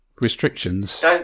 Restrictions